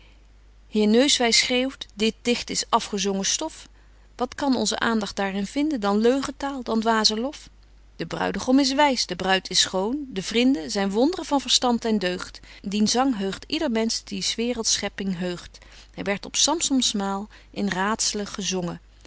heer neuswys schreeuwt dit dicht is afgezongen stof wat kan onze aandagt daar in vinden dan leugentaal dan dwaazen lof de bruidegom is wys de bruid is schoon de vrinden zyn wond'ren van verstand en deugd dien zang heugt yder mensch die s waerelds schepping heugt hy werdt op samsons maal in raadzelen gezongen